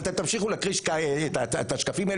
אתם תמשיכו להקריא את השקפים האלה